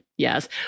Yes